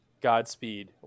Godspeed